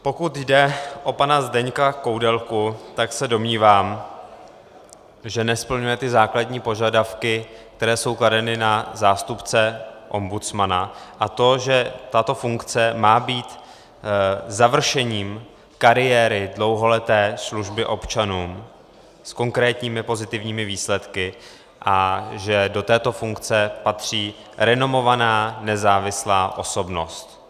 Pokud jde o pana Zdeňka Koudelku, domnívám se, že nesplňuje základní požadavky, které jsou kladeny na zástupce ombudsmana, a to že tato funkce má být završením kariéry, dlouholeté služby občanům s konkrétními pozitivními výsledky a že do této funkce patří renomovaná nezávislá osobnost.